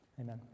Amen